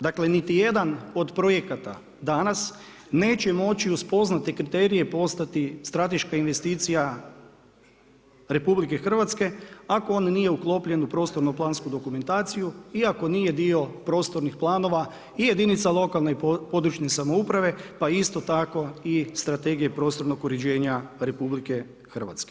Dakle niti jedan od projekata danas neće moći uspoznati kriterije, postati strateška investicija RH ako on nije uklopljen u prostorno-plansku dokumentaciju iako nije dio prostornih planova i jedinica lokalne i područne samouprave pa isto tako i strategije prostornog uređenja RH.